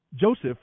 Joseph